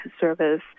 service